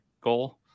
goal